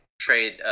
trade